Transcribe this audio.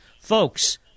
Folks